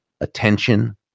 attention